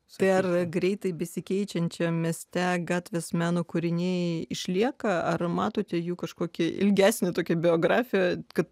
tai ar greitai besikeičiančiam mieste gatvės meno kūriniai išlieka ar matote jų kažkokią ilgesnę tokią biografiją kad